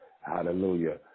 Hallelujah